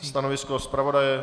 Stanovisko zpravodaje?